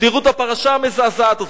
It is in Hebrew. ותראו את הפרשה המזעזעת הזאת.